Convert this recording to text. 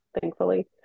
thankfully